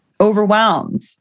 overwhelmed